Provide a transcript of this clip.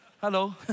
Hello